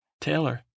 Taylor